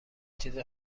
چیز